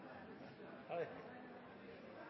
Ja, vi